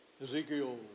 Ezekiel